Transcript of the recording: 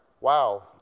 wow